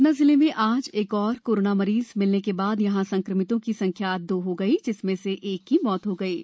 सतना जिले में आज एक और कोरोना मरीज मिलने के बाद यहां संक्रमितों की संख्या दो हो गयी जिसमें से एक की मृत्यु हो गयी है